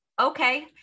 okay